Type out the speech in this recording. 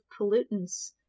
pollutants